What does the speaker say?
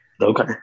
Okay